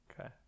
Okay